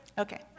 Okay